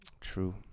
True